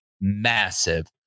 massive